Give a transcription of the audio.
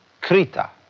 Krita